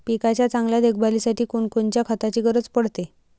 पिकाच्या चांगल्या देखभालीसाठी कोनकोनच्या खताची गरज पडते?